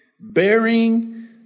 bearing